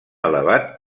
elevat